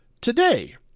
today